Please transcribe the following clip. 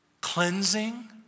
Cleansing